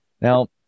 Now